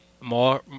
more